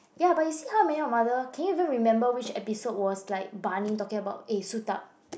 ya but you see How I Met Your Mother can you even remember which episode was like Barney talking about eh suit up